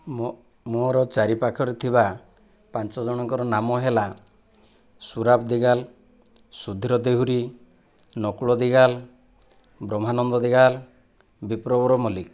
ମୋ ମୋର ଚାରିପାଖରେ ଥିବା ପାଞ୍ଚ ଜଣଙ୍କର ନାମ ହେଲା ସୁରାଵ ଦିଗାଲ ସୁଧୀର ଦେଉରୀ ନକୁଳ ଦିଗାଲ ବ୍ରହ୍ମାନନ୍ଦ ଦିଗାଲ ବିପ୍ରବର ମଲ୍ଲିକ